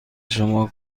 شما